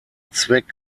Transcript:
zweck